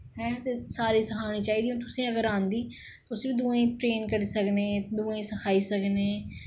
है ते सारें गी तारी आनी चाहिदी जे तुसेंगी तारी आंदी तुस बी दुऐं गी ट्रेन करी सकने दुए गी सखाई सकने